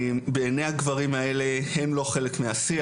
בעיני הגברים האלה הם לא חלק מהשיח.